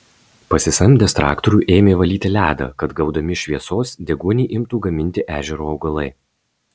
pasisamdęs traktorių ėmė valyti ledą kad gaudami šviesos deguonį imtų gaminti ežero augalai